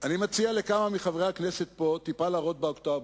אני מציע לכמה מחברי הכנסת פה טיפה לרדת באוקטבות.